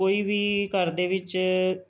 ਕੋਈ ਵੀ ਘਰ ਦੇ ਵਿੱਚ